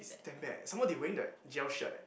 is damn bad some more they wearing the g_l shirt eh